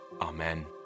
Amen